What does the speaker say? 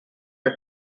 are